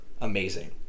amazing